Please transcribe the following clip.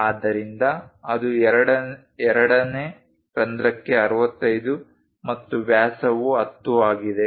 ಆದ್ದರಿಂದ ಅದು ಎರಡನೇ ರಂಧ್ರಕ್ಕೆ 65 ಮತ್ತು ವ್ಯಾಸವು 10 ಆಗಿದೆ